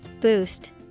Boost